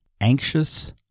anxious